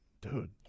Dude